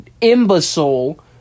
imbecile